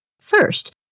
First